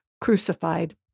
crucified